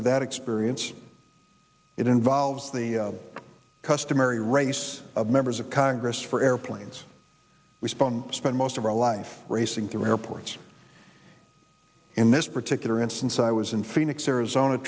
to that experience it involves the customary race of members of congress for airplanes respawn spent most of our life racing through airports in this particular instance i was in phoenix arizona